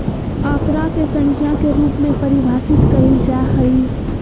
आंकड़ा के संख्या के रूप में परिभाषित कइल जा हइ